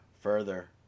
further